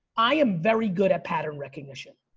i am very good at pattern recognition.